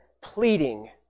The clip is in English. pleading